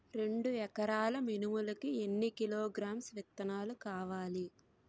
రెండు ఎకరాల మినుములు కి ఎన్ని కిలోగ్రామ్స్ విత్తనాలు కావలి?